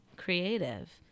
creative